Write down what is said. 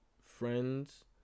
friends